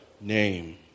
name